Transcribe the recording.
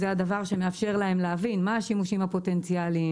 זה הדבר שמאפשר להם להבין מה השימושים הפוטנציאלים,